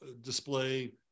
display